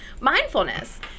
mindfulness